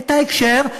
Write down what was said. את ההקשר,